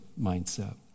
mindset